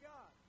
God